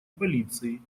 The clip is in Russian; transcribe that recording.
полиции